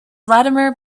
vladimir